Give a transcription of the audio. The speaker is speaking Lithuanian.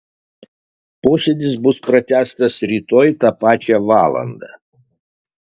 posėdis bus pratęstas rytoj tą pačią valandą